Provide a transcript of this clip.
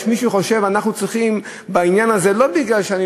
יש מישהו שחושב שאנחנו צריכים בעניין הזה אני